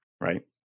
right